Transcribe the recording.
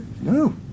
No